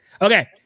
Okay